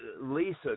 Lisa